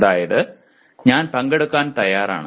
അതായത് ഞാൻ പങ്കെടുക്കാൻ തയ്യാറാണ്